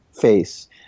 face